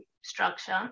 structure